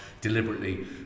deliberately